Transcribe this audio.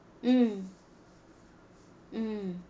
mm mm